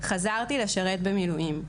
חזרתי לשרת במילואים,